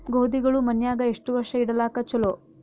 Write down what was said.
ಗೋಧಿಗಳು ಮನ್ಯಾಗ ಎಷ್ಟು ವರ್ಷ ಇಡಲಾಕ ಚಲೋ?